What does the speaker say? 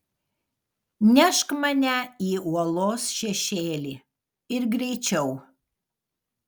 nešk mane į uolos šešėlį ir greičiau